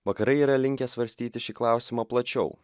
vakarai yra linkę svarstyti šį klausimą plačiau